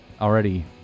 already